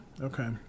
Okay